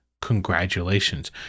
congratulations